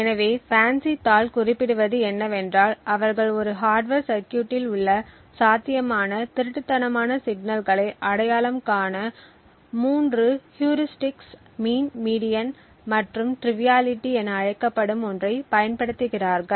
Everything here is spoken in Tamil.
எனவே FANCI தாள் குறிப்பிடுவது என்னவென்றால் அவர்கள் ஒரு ஹார்ட்வர் சர்கியூட்டில் உள்ள சாத்தியமான திருட்டுத்தனமான சிக்னல்களை அடையாளம் காண 3 ஹீயூரிஸ்டிக்ஸ் மீண் மீடியன் மற்றும் ட்ரிவியாலிட்டி என அழைக்கப்படும் ஒன்றைப் பயன்படுத்துகிறார்கள்